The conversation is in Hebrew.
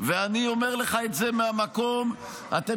ואני אומר לך את זה מהמקום --- לכן אתה רוצה לבחור שופטים מהליכוד.